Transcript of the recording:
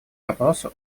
вопросу